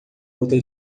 outra